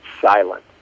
silent